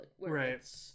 Right